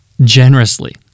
generously